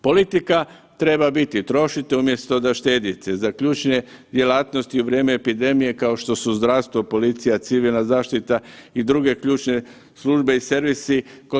Politika treba biti trošite umjesto da štedite za ključne djelatnosti u vrijeme epidemije kao što su zdravstvo, policija, civilna zaštita i druge ključne službe i servisi.